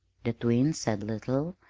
the twins said little,